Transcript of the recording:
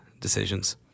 decisions